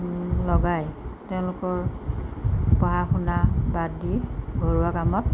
লগাই তেওঁলোকৰ পঢ়া শুনা বাদ দি ঘৰুৱা কামত